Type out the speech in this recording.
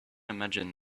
imagine